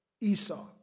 Esau